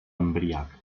embriac